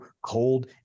cold